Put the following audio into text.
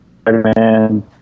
Spider-Man